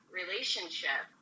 relationship